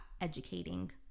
educating